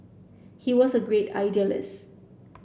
he was a great idealist